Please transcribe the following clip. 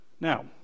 Now